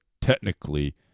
technically